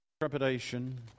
trepidation